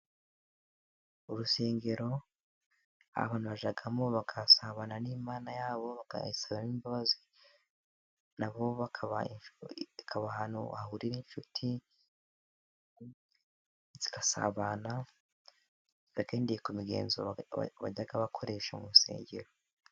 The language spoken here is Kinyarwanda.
Urusengero abantu bajyamo bagasabana n'Imana yabo, bakayisaba imbabazi, hakaba ahantu hahurira n'inshuti, zigasabana. Bagendeye ku migenzo bajya bakoresha mu rusengero.